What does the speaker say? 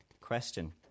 question